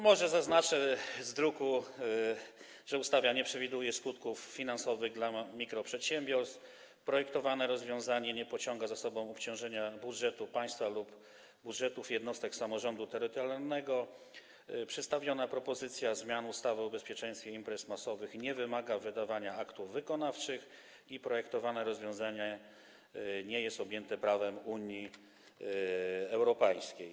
Może zaznaczę, że ustawa nie przewiduje skutków finansowych dla mikroprzedsiębiorstw, projektowane rozwiązanie nie pociąga za sobą obciążenia budżetu państwa lub budżetów jednostek samorządu terytorialnego, przedstawiona propozycja zmian ustawy o bezpieczeństwie imprez masowych nie wymaga wydawania aktów wykonawczych, a projektowane rozwiązanie nie jest objęte prawem Unii Europejskiej.